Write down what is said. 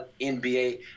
NBA